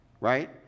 Right